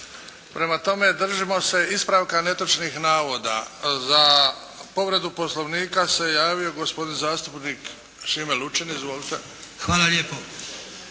Prema tome držimo se ispravka netočnih navoda. Za povredu Poslovnika se javio gospodin zastupnik Šime Lučin. Izvolite!